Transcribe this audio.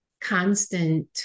constant